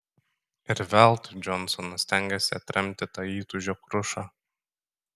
ir veltui džonsonas stengėsi atremti tą įtūžio krušą